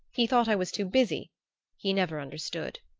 he thought i was too busy he never understood.